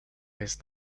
his